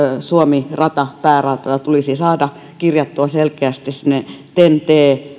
suomi rata päärata tulisi saada kirjattua selkeästi sinne ten t